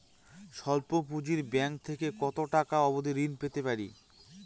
স্বল্প পুঁজির ব্যাংক থেকে কত টাকা অবধি ঋণ পেতে পারি?